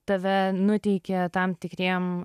tave nuteikia tam tikriem